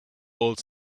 old